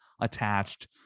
attached